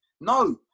No